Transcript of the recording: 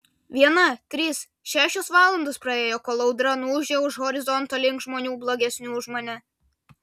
viena trys šešios valandos praėjo kol audra nuūžė už horizonto link žmonių blogesnių už mane